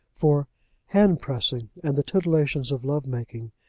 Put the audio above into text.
for hand-pressing, and the titillations of love-making,